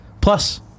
Plus